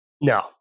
No